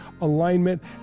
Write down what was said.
alignment